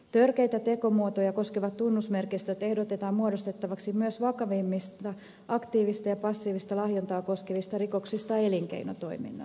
törkeitä tekomuotoja koskevat tunnusmerkistöt ehdotetaan muodostettavaksi myös vakavammista aktiivista ja passiivista lahjontaa koskevista rikoksista elinkeinotoiminnassa